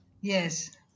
Yes